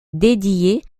dédiée